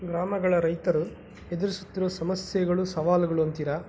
ಗ್ರಾಮಗಳ ರೈತರು ಎದುರಿಸುತ್ತಿರುವ ಸಮಸ್ಯೆಗಳು ಸವಾಲುಗಳು ಅಂತೀರ